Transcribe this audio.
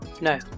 No